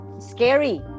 scary